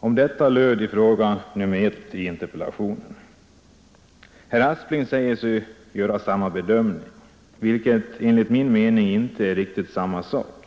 Det var detta som fråga nr 1 i interpellationen gällde. Herr Aspling säger sig göra samma bedömning, vilket enligt min mening inte är riktigt samma sak.